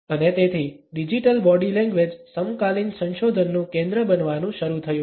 અને તેથી digital body language સમકાલીન સંશોધનોનું કેન્દ્ર બનવાનું શરૂ થયું છે